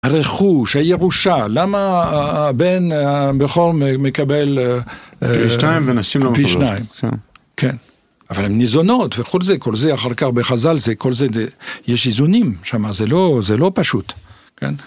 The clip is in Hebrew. הרכוש, הירושה, למה הבן הבכור מקבל פי שתיים ונשים לא מקבלות, פי שניים, כן, אבל הן ניזונות וכל זה, כל זה אחר כך בחז"ל, זה כל זה, זה, יש איזונים שמה, זה לא, זה לא פשוט.כן?